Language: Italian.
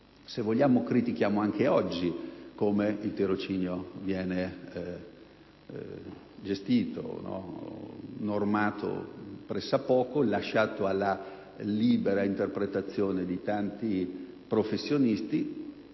Se vogliamo, critichiamo come il tirocinio viene gestito e normato ancora oggi, lasciato alla libera interpretazione di tanti professionisti,